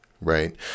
right